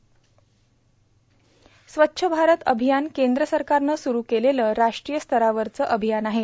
स्वच्छ भारत अभियान केंद्र सरकारनं सुरू केलेलं राष्ट्रीय स्तरावरचं अभियानं आहे